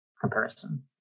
comparison